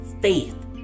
faith